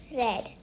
red